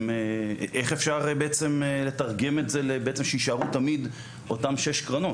איך אפשר לתרגם את זה שיישארו תמיד אותן שש קרנות?